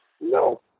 No